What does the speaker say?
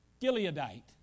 Gileadite